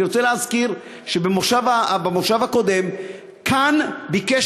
אני רוצה להזכיר שבמושב הקודם כאן ביקש